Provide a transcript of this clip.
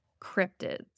cryptids